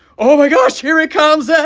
oh my gosh, here it comes,